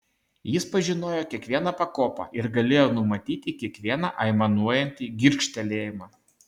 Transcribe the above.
jis pažinojo kiekvieną pakopą ir galėjo numatyti kiekvieną aimanuojantį girgžtelėjimą